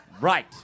Right